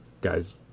guys